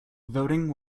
voting